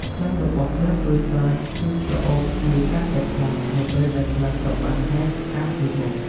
ក្លិនរបស់ស្លឹកក្រូចសើចគឺក្រអូបឈ្ងុយកាន់តែខ្លាំង នៅពេលដែលស្លឹកត្រូវបានហែក កាត់ ឬបុក។